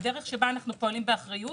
הדרך שבה אנחנו פועלים באחריות